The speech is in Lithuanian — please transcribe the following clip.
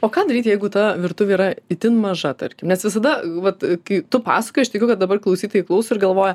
o ką daryt jeigu ta virtuvė yra itin maža tarkim nes visada vat kai tu pasakoji aš tikiu kad dabar klausytojai klauso ir galvoja